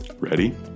Ready